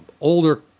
older